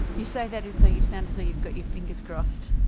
you say that as though you sound as though you've got your fingers crossed.